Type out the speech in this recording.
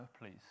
please